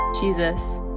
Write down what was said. Jesus